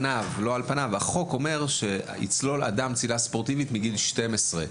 החוק אומר: "יצלול אדם צלילה ספורטיבית מגיל 12",